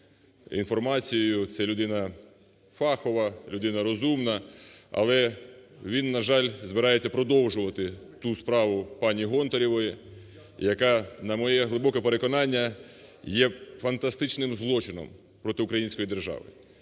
це людина фахова, людина розумна. Але він, на жаль, збирається продовжувати ту справу паніГонтаревої, яка, на моє глибоке переконання, є фантастичним злочином проти української держави,